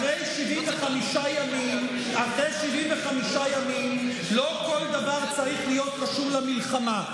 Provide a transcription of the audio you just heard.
אחרי 75 ימים לא כל דבר צריך להיות קשור למלחמה.